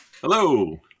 Hello